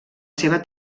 seva